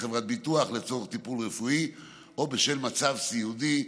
מחברת ביטוח לצורך טיפול רפואי או בשל מצב סיעודי,